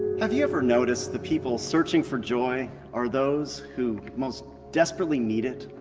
have you ever noticed the people searching for joy are those who most desperately need it?